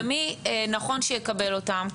ומי נכון שיקבל אותם.